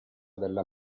della